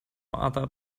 other